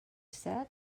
said